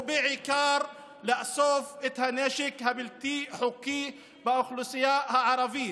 ובעיקר לאסוף את הנשק הבלתי-חוקי באוכלוסייה הערבית.